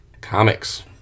Comics